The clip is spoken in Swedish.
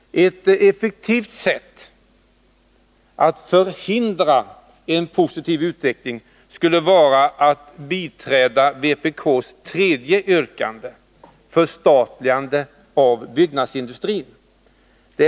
Ett effektivt sätt att förhindra en positiv utveckling skulle vara att biträda vpk:s tredje yrkande, om förstatligande av byggnadsindustrin.